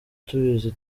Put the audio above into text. tubizi